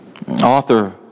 Author